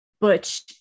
butch